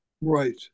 Right